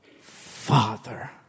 Father